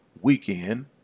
weekend